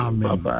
Amen